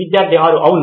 విద్యార్థి 6 అవును